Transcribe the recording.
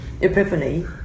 epiphany